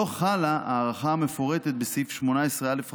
לא חלה ההארכה המפורטת בסעיף 18א,